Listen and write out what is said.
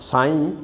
साईं